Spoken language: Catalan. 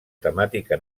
temàtica